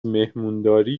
مهمونداری